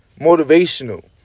motivational